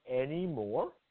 anymore